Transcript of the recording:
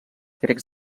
grecs